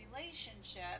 relationship